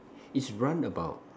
is run about